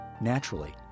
Naturally